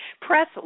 press